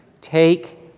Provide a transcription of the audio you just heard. Take